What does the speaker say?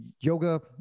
Yoga